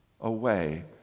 away